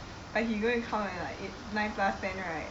but he going to come at like eight nine plus ten right